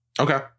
Okay